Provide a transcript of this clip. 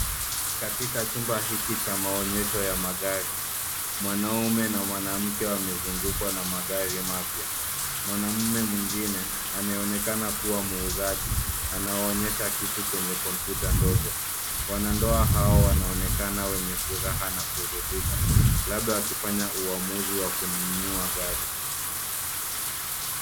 Katika chumba hiki cha maonyesho ya magari mwanaume na mwanamke wamezungukwa na magari mapya. Mwanaume mwingine anayeonekana kuwa muuzaji anawaonyesha kitu kwenye kompyuta ndogo. Wanandoa hao wanaonekana wenye furaha na kuridhika labda wakifanya uamuzi wa kununua gari.